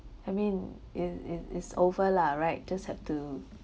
I mean it it is over lah right just have to